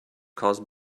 caused